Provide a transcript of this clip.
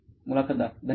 मुलाखतदार धन्यवाद